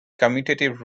commutative